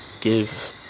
give